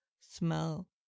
smell